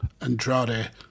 Andrade